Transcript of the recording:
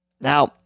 Now